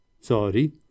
Sorry